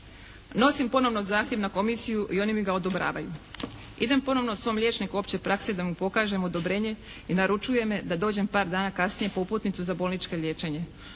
Nosim ponovno zahtjev na komisiju i oni mi ga odobravaju. Idem ponovno svom liječniku opće prakse da mu pokažem odobrenje i naručuje me da dođem par dana kasnije po uputnicu za bolničko liječenje.